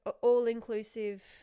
all-inclusive